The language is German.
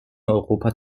europa